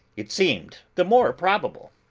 it seemed the more probable.